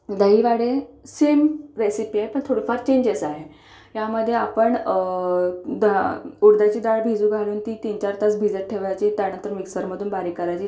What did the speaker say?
दहीवडे same recipe आहे पण थोडेफार चेंजेस आहे यामध्ये आपण द उडदाची डाळ भिजू घालून ती तीन चार तास भिजत ठेवायची त्यानंतर मिक्सरमधून बारीक करायची